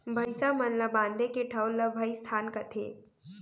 भईंसा मन ल बांधे के ठउर ल भइंसथान कथें